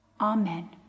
Amen